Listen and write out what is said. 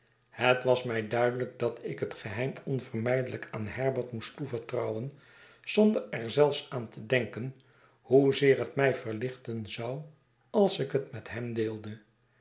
bet was mij duidelijk dat ik het geheim onvermijdelijk aan herbert moest toevertrouwen zonder er zelfs aan te denken hoezeer het mij verlichten zou als ik het met hem deelde